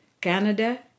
Canada